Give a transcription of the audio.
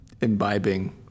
imbibing